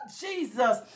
Jesus